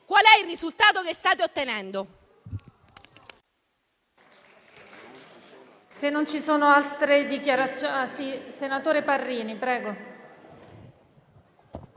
qual è il risultato che state ottenendo.